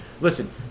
listen